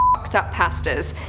fucked up, pastas.